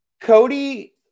Cody